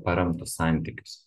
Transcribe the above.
paremtus santykius